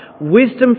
wisdom